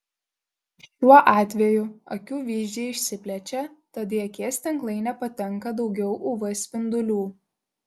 šiuo atveju akių vyzdžiai išsiplečia tad į akies tinklainę patenka daugiau uv spindulių